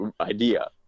idea